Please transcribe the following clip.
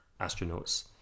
astronauts